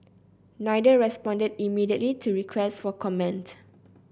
neither responded immediately to requests for comment